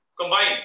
combined